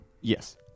Yes